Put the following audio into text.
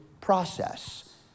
process